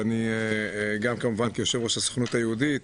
וגם כמובן כיושב-ראש הסוכנות היהודית.